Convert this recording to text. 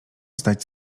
zdać